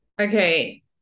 Okay